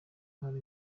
nkorana